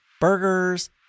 burgers